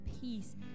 peace